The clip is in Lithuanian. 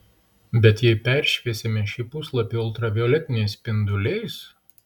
bet jei peršviesime šį puslapį ultravioletiniais spinduliais